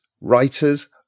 writers